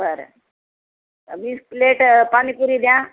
बरं वीस प्लेट पाणीपुरी द्या